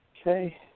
Okay